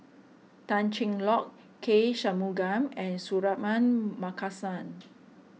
Tan Cheng Lock K Shanmugam and Suratman Markasan